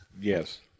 yes